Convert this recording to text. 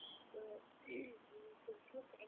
تہٕ مےٚ کَمہِ شوقہٕ انیو مےٚ